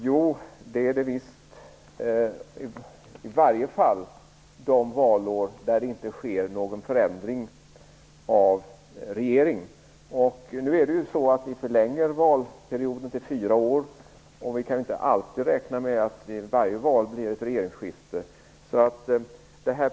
Jo, det är det visst, åtminstone under de valår då det inte sker någon förändring av regeringen. Vi skall nu förlänga mandatperioden till fyra år. Vi kan inte räkna med att det skall bli ett regeringsskifte vid varje val.